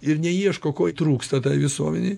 ir neieško ko trūksta tai visuomenei